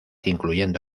incluyendo